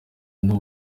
uburyo